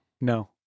no